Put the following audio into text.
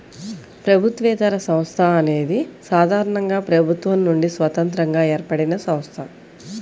ప్రభుత్వేతర సంస్థ అనేది సాధారణంగా ప్రభుత్వం నుండి స్వతంత్రంగా ఏర్పడినసంస్థ